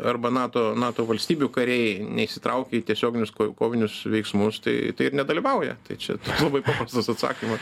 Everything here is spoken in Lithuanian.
arba nato nato valstybių kariai neįsitraukia į tiesioginius kojų kovinius veiksmus tai ir nedalyvauja tai čia toks paprastas atsakymas